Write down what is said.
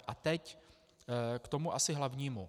A teď k tomu asi hlavnímu.